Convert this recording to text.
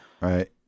Right